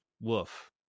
Woof